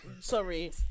sorry